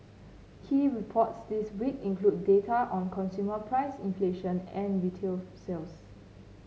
key reports this week include data on consumer price inflation and retail sales